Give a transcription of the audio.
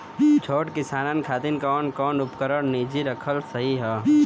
छोट किसानन खातिन कवन कवन उपकरण निजी रखल सही ह?